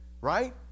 right